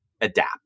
adapt